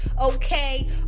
okay